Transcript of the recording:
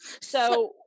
So-